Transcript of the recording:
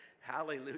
hallelujah